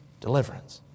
Deliverance